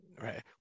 Right